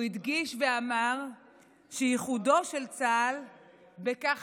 הוא הדגיש ואמר שייחודו של צה"ל בכך